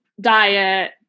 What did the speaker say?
diet